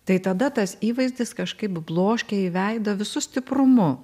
tai tada tas įvaizdis kažkaip bloškia į veidą visu stiprumu